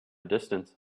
distance